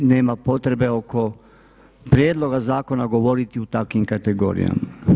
Nema potrebe oko prijedloga zakona govoriti u takvim kategorijama.